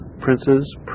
princes